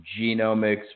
genomics